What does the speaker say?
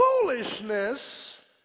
foolishness